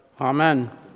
Amen